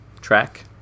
track